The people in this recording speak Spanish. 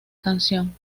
canción